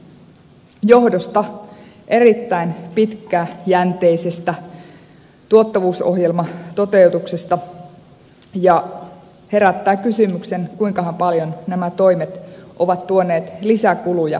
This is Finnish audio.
tämä johtuu erittäin pitkäjänteisestä tuottavuusohjelmatoteutuksesta ja herättää kysymyksen kuinkahan paljon nämä toimet ovat tuoneet lisäkuluja kaiken kaikkiaan